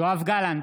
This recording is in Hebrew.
יואב גלנט,